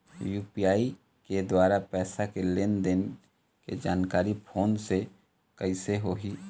UPI के द्वारा पैसा के लेन देन के जानकारी फोन से कइसे होही?